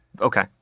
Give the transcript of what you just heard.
Okay